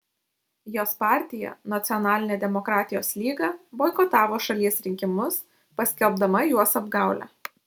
jos partija nacionalinė demokratijos lyga boikotavo šalies rinkimus paskelbdama juos apgaule